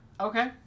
Okay